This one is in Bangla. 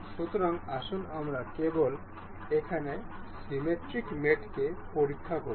সুতরাং আসুন আমরা কেবল এখানে সিমিট্রিক মেটকে পরীক্ষা করি